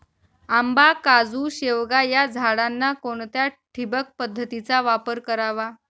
आंबा, काजू, शेवगा या झाडांना कोणत्या ठिबक पद्धतीचा वापर करावा?